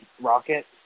rocket